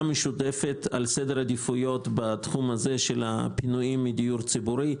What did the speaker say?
משותפת על סדרי העדיפויות של הפינויים מדיור ציבורי,